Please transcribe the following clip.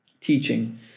teaching